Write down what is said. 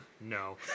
no